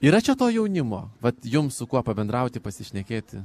yra čia to jaunimo vat jums su kuo pabendrauti pasišnekėti